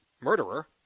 murderer